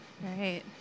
right